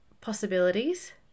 possibilities